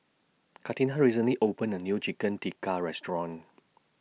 Catina recently opened A New Chicken Tikka Restaurant